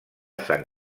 sant